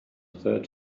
third